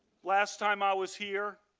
last time i was here,